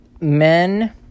men